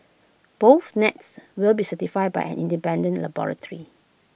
both nets will be certified by an independent laboratory